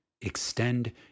extend